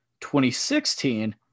2016